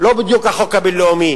לא בדיוק החוק הבין-לאומי